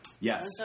Yes